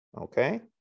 okay